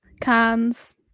cans